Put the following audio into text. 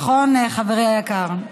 נכון, חברי היקר?